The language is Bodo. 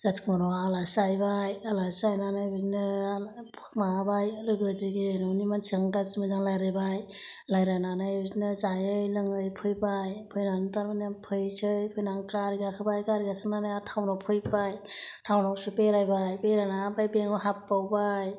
जाथि खुरमानाव आलासि जाहैबाय आलासि जाहैनानै बिदिनो माबाबाय लोगो दिगि न'नि मानसिजों गाज्रि मोजां लायरायबाय लायरायनानै बिदिनो जायै लोङै फैबाय फैनानै थारमाने फैनोसै फैनानै गारि गाखोबाय गारि गाखोनानै आर थाउनाव फैबाय थाउनाव दसे बेरायबाय बेरायनानै आमफ्राय बेंकाव हाबबावबाय